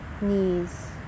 knees